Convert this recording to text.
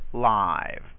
live